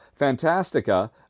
Fantastica